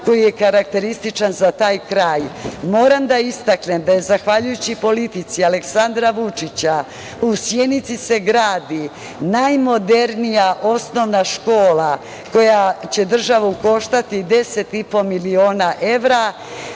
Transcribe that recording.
koje su karakteristične za taj kraj. Moram da istaknem da se zahvaljujući politici Aleksandra Vučića u Sjenici gradi najmodernija osnovna škola koja će državu koštati 10,5 miliona evra.